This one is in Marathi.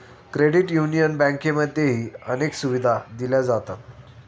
क्रेडिट युनियन बँकांमध्येही अनेक सुविधा दिल्या जातात